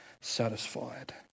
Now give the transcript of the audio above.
satisfied